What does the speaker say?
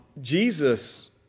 Jesus